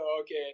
okay